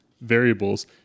variables